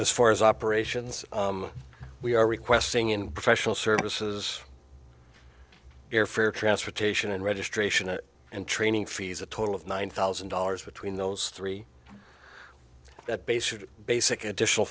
as far as operations we are requesting in professional services airfare transportation and registration and training fees a total of nine thousand dollars between those three that basic basic additional